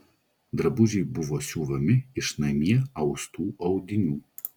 drabužiai buvo siuvami iš namie austų audinių